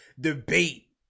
debate